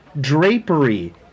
drapery